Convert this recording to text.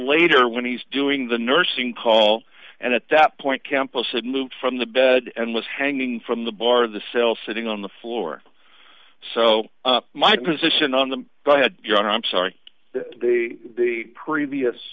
later when he's doing the nursing call and at that point campos had moved from the bed and was hanging from the bar of the cell sitting on the floor so my position on the guy had john i'm sorry the previous